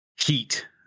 heat